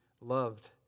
loved